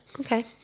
Okay